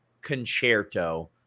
Concerto